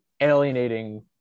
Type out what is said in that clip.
alienating